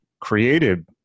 created